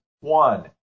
one